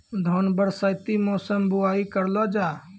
धान बरसाती मौसम बुवाई करलो जा?